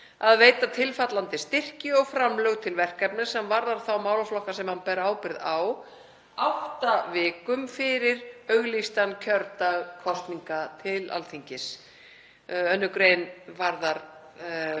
að veita tilfallandi styrki og framlög til verkefna sem varða þá málaflokka sem hann ber ábyrgð á átta vikum fyrir auglýstan kjördag kosninga til Alþingis.“ 2. gr. varðar